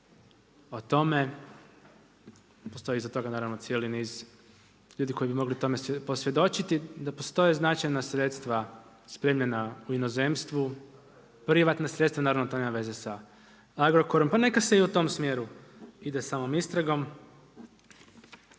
o tome, postoji iza toga naravno, cijeli niz ljudi koji bi mogli tome posvjedočiti, da postoje značajna sredstva spremljena u inozemstvu, privatna sredstva, naravno to nema veze sa Agrokorom, pa neka se i u tom smjeru ide sa ovom istragom.